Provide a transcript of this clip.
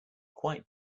quite